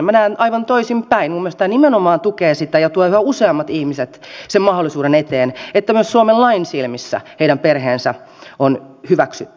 minä näen aivan toisinpäin minusta tämä nimenomaan tukee sitä ja tuo yhä useammat ihmiset sen mahdollisuuden eteen että myös suomen lain silmissä heidän perheensä on hyväksytty